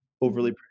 overly